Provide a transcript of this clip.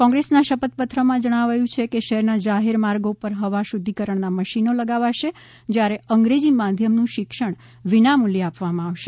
કોંગ્રેસના શપથ પત્રમાં જણાવાયું છે કે શહેરના જાહેર માર્ગો ઉપર હવા શુદ્ધિકરણના મશીનો લગાવશે જ્યારે અંગ્રેજી મધ્યમનું શિક્ષણ વિનામૂલ્યે આપવામાં આવશે